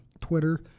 Twitter